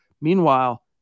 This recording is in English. meanwhile